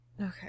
Okay